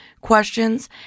questions